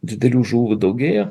didelių žuvų daugėja